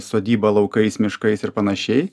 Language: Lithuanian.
sodybą laukais miškais ir panašiai